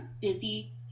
busy